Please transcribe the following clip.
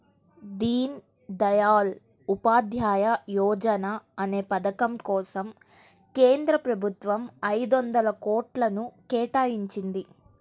దీన్ దయాళ్ ఉపాధ్యాయ యోజనా అనే పథకం కోసం కేంద్ర ప్రభుత్వం ఐదొందల కోట్లను కేటాయించింది